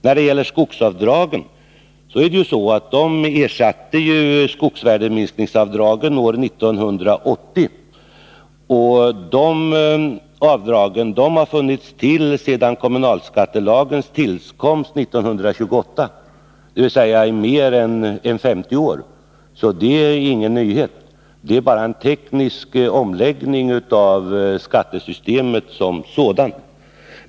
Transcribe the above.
När det gäller skogsavdragen är det ju så att dessa ersatte skogsvärdeminskningsavdragen år 1980. Dessa avdrag hade funnits sedan kommunalskattelagens tillkomst år 1928, dvs. i mer än 50 år. Detta är alltså ingen nyhet. Det enda som skett är en teknisk omläggning av skattesystemet som sådant.